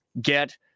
get